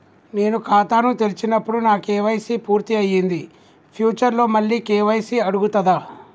నేను ఖాతాను తెరిచినప్పుడు నా కే.వై.సీ పూర్తి అయ్యింది ఫ్యూచర్ లో మళ్ళీ కే.వై.సీ అడుగుతదా?